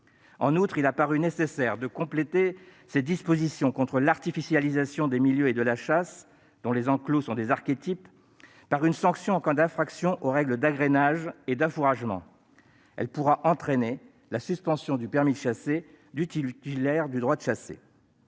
En outre, il a paru nécessaire de compléter ces dispositions contre l'artificialisation des milieux et de la chasse, dont les enclos sont les archétypes, par une sanction en cas d'infraction aux règles d'agrainage et d'affouragement. Celle-ci pourra entraîner la suspension du permis de chasser du titulaire du droit de chasser.